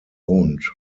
owned